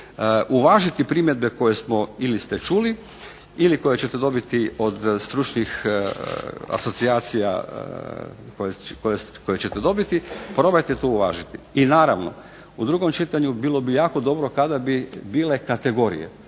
uvažiti primjedbe koje smo ili ste čuli ili koje ćete dobiti od stručnih asocijacija koje ćete dobiti, probajte to uvažiti. I naravno, u drugom čitanju bilo bi jako dobro kada bi bile kategorije,